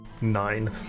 Nine